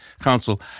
Council